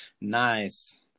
Nice